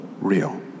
real